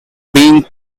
being